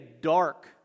dark